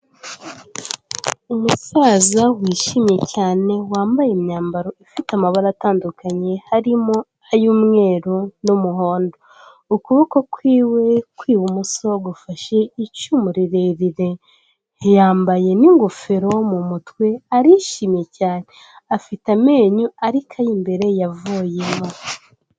Umusaza wishimye cyane wambaye imyambaro ifite amabara atandukanye harimo ay'umweru n'umuhondo. Ukuboko kw'iwe ku ibumoso gufashe icumu rirerire, yambaye n'ingofero mu mutwe arishimye cyane, afite amenyo ariko ay'imbere yavuyemo.